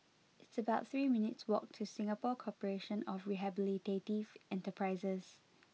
it's about three minutes' walk to Singapore Corporation of Rehabilitative Enterprises